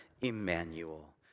Emmanuel